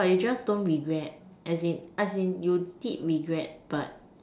but you just don't regret as in as in you did regret but